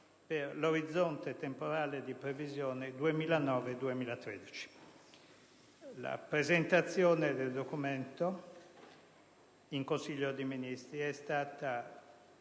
per l'orizzonte temporale di previsione 2009-2013. La presentazione del documento in Consiglio dei ministri è stata